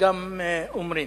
גם אומרים.